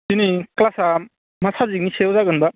दिनै क्लासआ मा साबजेक्टनि सायाव जागोन बा